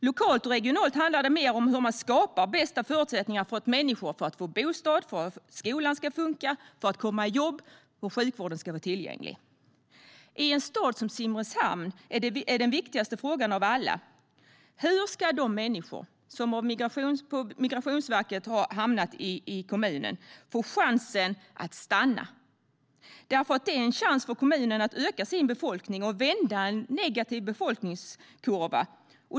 Lokalt och regionalt handlar det mer om hur man skapar bästa förutsättningar för att människor ska få bostad, för att skolan ska funka, för att människor ska komma i jobb och för att sjukvården ska vara tillgänglig. I en stad som Simrishamn är den viktigaste frågan av alla: Hur ska de människor som genom Migrationsverket har hamnat i kommunen få en chans att stanna? Det är nämligen en chans för kommunen att öka sin befolkning och vända en negativ befolkningskurva.